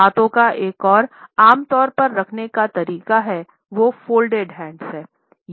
हाथों का एक और आमतौर पर रखने का तरीका हैं वो फोल्डेड हैंड्स है